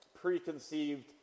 preconceived